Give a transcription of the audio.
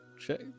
Check